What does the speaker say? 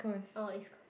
oh it's called